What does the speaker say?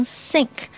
sink